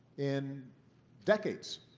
in decades.